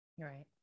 right